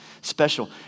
special